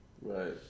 Right